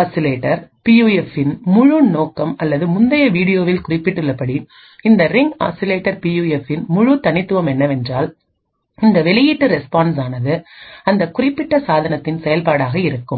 oscillator பியூஎஃப்பின் முழு நோக்கம் அல்லது முந்தைய வீடியோவில் குறிப்பிட்டுள்ளபடி இந்த ரிங் ஆசிலேட்டர் பியூஎஃப்பின் முழு தனித்துவமும் என்னவென்றால் இந்த வெளியீட்டு ரெஸ்பான்ஸ் ஆனது அந்த குறிப்பிட்ட சாதனத்தின் செயல்பாடாக இருக்கும்